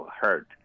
hurt